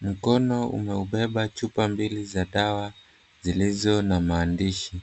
Mkono umeubeba chupa mbili za dawa zilizo na maandishi